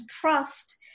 trust